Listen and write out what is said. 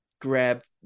grabbed